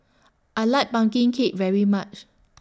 I like Pumpkin Cake very much